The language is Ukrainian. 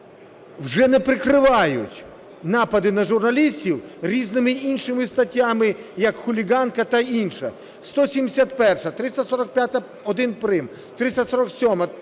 вже не прикривають напади на журналістів різними іншими статтями, як "хуліганка" та інше, 171-а, 345-1 прим., 347-1